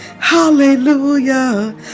Hallelujah